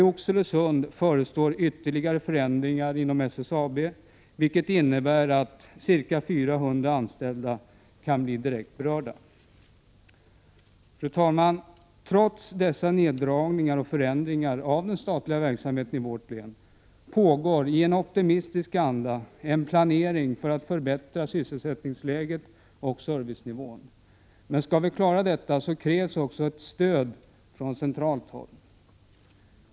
I Oxelösund förestår ytterligare förändringar inom SSAB, vilket innebär att ca 400 anställda kan bli direkt berörda. Fru talman! Trots dessa neddragningar och förändringar i den statliga verksamheten i vårt län pågår en planering i optimistisk anda för att förbättra sysselsättningsläget och servicenivån. Om vi skall klara detta krävs också ett stöd från centralt håll.